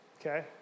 Okay